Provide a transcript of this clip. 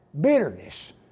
bitterness